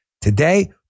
today